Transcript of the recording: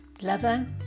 lover